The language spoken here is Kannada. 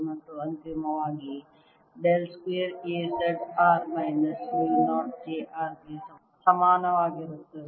ಮತ್ತು ಅಂತಿಮವಾಗಿ del square A z r minus mu 0 j z ಗೆ ಸಮಾನವಾಗಿರುತ್ತದೆ